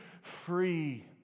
free